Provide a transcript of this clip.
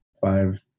five